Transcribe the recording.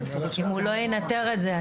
אם הוא לא ינטר את זה,